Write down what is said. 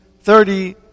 thirty